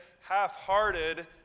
half-hearted